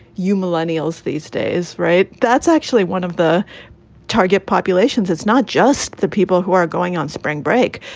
you millennials these days. right. that's actually one of the target populations. it's not just the people who are going on spring break.